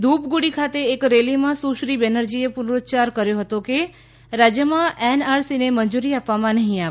ધુપગુડી ખાતે એક રેલીમાં સુશ્રી બેનર્જીએ પુનરૂચ્યાર કર્યો કે રાજ્યમાં એનઆરસીને મંજૂરી આપવામાં નહીં આવે